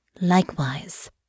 Likewise